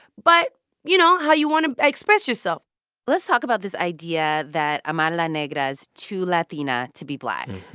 but you know, how you want to express yourself let's talk about this idea that amara la negra's too latina to be black.